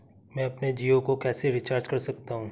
मैं अपने जियो को कैसे रिचार्ज कर सकता हूँ?